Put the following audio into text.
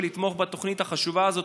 ולתמוך בתוכנית החשובה הזאת,